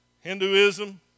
Hinduism